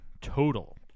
total